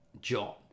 john